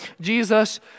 Jesus